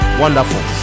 wonderful